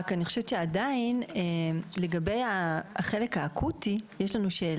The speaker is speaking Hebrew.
רק אני חושבת שעדיין לגבי החלק האקוטי יש לנו שאלה,